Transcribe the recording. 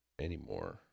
anymore